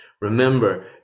Remember